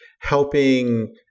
helping